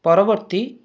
ପରବର୍ତ୍ତୀ